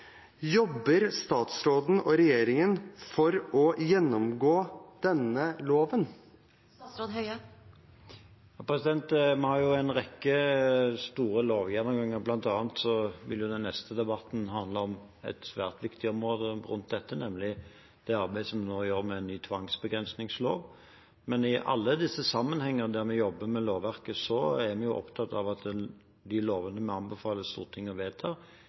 Jobber statsråden og regjeringen for å gjennomgå denne loven? Vi har jo en rekke store lovgjennomganger. Blant annet vil den neste debatten handle om et svært viktig område rundt dette, nemlig det arbeidet som vi nå gjør med en ny lov om tvangsbegrensning. I alle disse sammenhengene der vi jobber med lovverket, er vi jo opptatt av at de lovene vi anbefaler Stortinget å vedta,